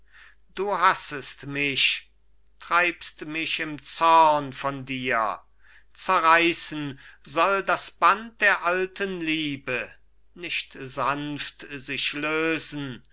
du hassest mich treibst mich im zorn von dir zerreißen soll das band der alten liebe nicht sanft sich lösen